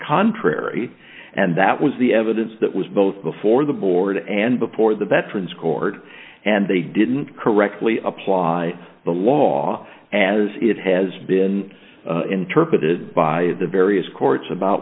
contrary and that was the evidence that was both before the board and before the veterans court and they didn't correctly apply the law as it has been interpreted by the various courts about